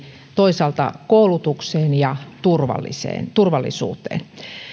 toisaalta koulutukseen ja turvallisuuteen